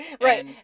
Right